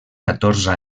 catorze